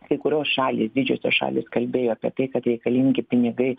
kai kurios šalys didžiosios šalys kalbėjo apie tai kad reikalingi pinigai